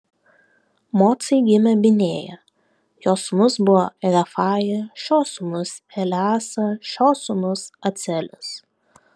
mocai gimė binėja jo sūnus buvo refaja šio sūnus eleasa šio sūnus acelis